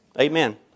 Amen